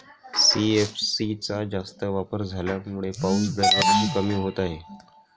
CFC चा जास्त वापर झाल्यामुळे पाऊस दरवर्षी कमी होत आहे